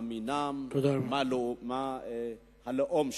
מה מינם ומה הלאום שלהם.